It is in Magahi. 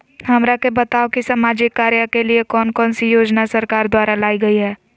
हमरा के बताओ कि सामाजिक कार्य के लिए कौन कौन सी योजना सरकार द्वारा लाई गई है?